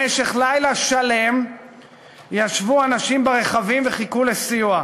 במשך לילה שלם ישבו אנשים ברכבים וחיכו לסיוע.